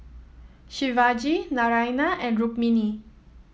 Shivaji Naraina and Rukmini